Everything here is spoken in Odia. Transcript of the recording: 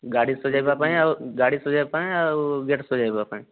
ଗାଡ଼ି ସଜାଇବା ପାଇଁ ଆଉ ଗାଡ଼ି ସଜାଇବା ପାଇଁ ଆଉ ଗେଟ୍ ସଜାଇବା ପାଇଁ